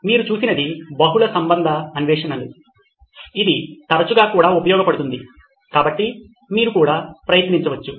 మీరు చూసినది బహుళ సంబంధ అన్వేషణలు ఇది తరచుగా కూడా ఉపయోగించబడుతుంది కాబట్టి మీరు కూడా ప్రయత్నించవచ్చు